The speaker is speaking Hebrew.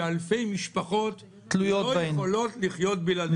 שאלפי משפחות לא יכולות לחיות בלעדיהם.